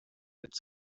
its